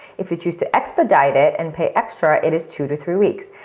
if you choose to expedite it and pay extra, it is two to three weeks.